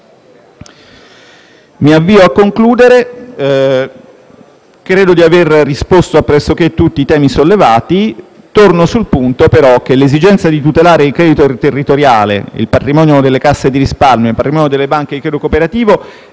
Mi avvio a concludere. Credo di aver risposto a pressoché tutti i temi sollevati. Torno, però, sull'esigenza di tutelare il credito territoriale, il patrimonio delle casse di risparmio e il patrimonio delle banche di credito cooperativo,